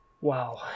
wow